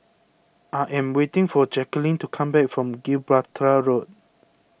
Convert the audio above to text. I am waiting for Jacalyn to come back from Gibraltar Road